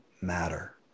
matter